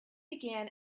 began